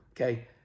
okay